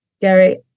Gary